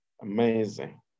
Amazing